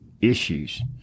issues